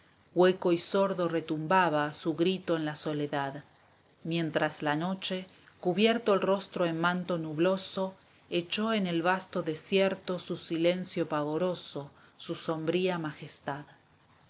hueco y sordo retumbaba su grito en la soledad mientras la noche cubierto el rostro en manto nubloso echó en el vasto desierto su silencio pavoroso su sombría majestad